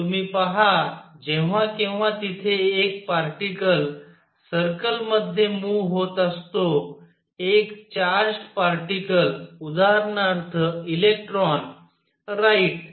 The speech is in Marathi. तुम्ही पहा जेव्हाकेव्हा तिथे एक पार्टीकल सर्कल मध्ये मुव्ह होत असतो एक चार्ज्ड पार्टीकल उदाहरणार्थ इलेक्ट्रॉन राईट